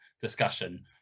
discussion